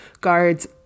Guards